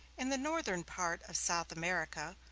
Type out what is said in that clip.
in the northern part of south america,